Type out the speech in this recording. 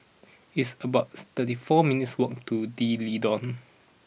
it's about thirty four minutes' walk to D'Leedon